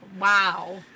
Wow